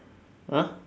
!huh!